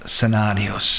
scenarios